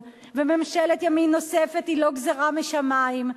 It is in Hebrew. וממשלת ימין נוספת היא לא גזירה משמים.